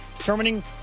determining